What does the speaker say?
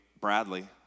Bradley